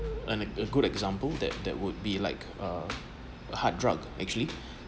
and an good example that that would be like a hard drug actually